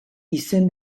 izen